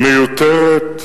מיותרת.